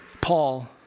paul